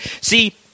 See